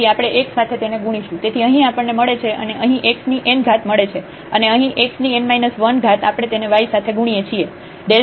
તેથી આપણે x સાથે તેને ગુણીશું તેથી અહીં આપણને મળે છે અને અહીં xn મળે છે અને અહીં xn 1 આપણે તેને y સાથે ગુણીએ છીએ